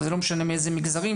וזה לא משנה מאיזה מגזרים,